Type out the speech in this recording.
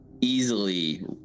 easily